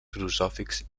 filosòfics